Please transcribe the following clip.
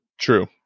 true